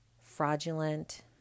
fraudulent